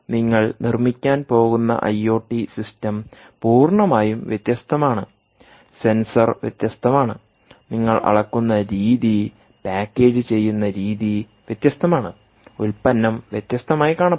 നിങ്ങൾ നിർമ്മിക്കാൻ പോകുന്ന ഐ ഒ ടി സിസ്റ്റം പൂർണ്ണമായും വ്യത്യസ്തമാണ് സെൻസർ വ്യത്യസ്തമാണ് നിങ്ങൾ അളക്കുന്ന രീതിപാക്കേജ് ചെയ്യുന്ന രീതി വ്യത്യസ്തമാണ് ഉൽപ്പന്നം വ്യത്യസ്തമായി കാണപ്പെടും